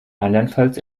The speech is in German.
andernfalls